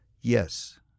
Yes